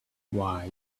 why